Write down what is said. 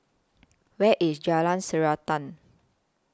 Where IS Jalan Srantan